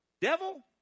Devil